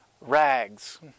rags